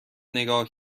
نگاه